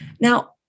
Now